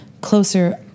closer